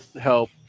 help